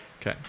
Okay